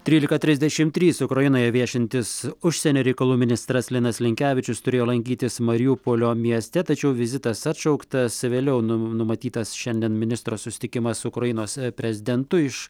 trylika trisdešim trys ukrainoje viešintis užsienio reikalų ministras linas linkevičius turėjo lankytis mariupolio mieste tačiau vizitas atšauktas vėliau nu numatytas šiandien ministro susitikimas su ukrainos prezidentu iš